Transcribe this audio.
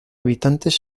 habitantes